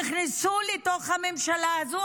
נכנסו לממשלה הזאת,